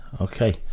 Okay